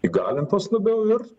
įgalintos labiau ir